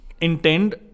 intend